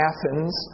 Athens